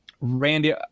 Randy